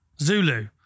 Zulu